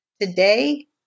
today